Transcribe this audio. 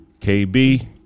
KB